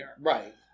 right